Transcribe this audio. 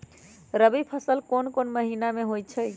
रबी फसल कोंन कोंन महिना में होइ छइ?